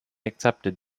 accepted